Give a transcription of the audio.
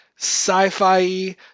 sci-fi